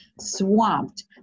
swamped